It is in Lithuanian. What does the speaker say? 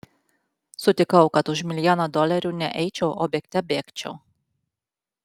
sutikau kad už milijoną dolerių ne eičiau o bėgte bėgčiau